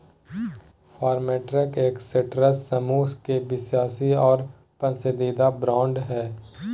Farmtrac Escorts समूह के विश्वासी और पसंदीदा ब्रांड हइ